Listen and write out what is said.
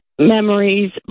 memories